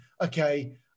okay